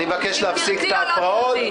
אני מבקש להפסיק את ההפרעות.